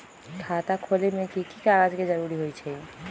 खाता खोले में कि की कागज के जरूरी होई छइ?